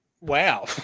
wow